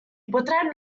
potranno